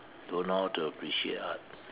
don't know how to appreciate art